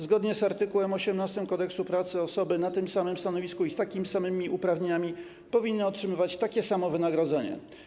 Zgodnie z art. 18 Kodeksu pracy osoby na tym samym stanowisku i z takimi samymi uprawnieniami powinny otrzymywać takie samo wynagrodzenie.